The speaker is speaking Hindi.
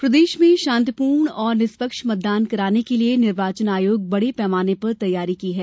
मतदान तैयारी प्रदेश में शांतिपूर्ण आ ोर निष्पक्ष मतदान कराने के लिये निर्वाचन आयोग बड़े पैमाने पर तैयारी की है